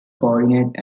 coordinate